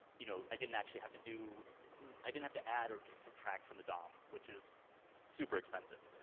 you know, i didn't actually have to do i didn't have to add or subtract from the dom, which is super-expensive.